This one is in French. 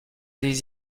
des